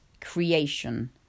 creation